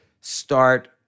start